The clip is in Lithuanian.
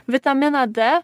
vitaminą d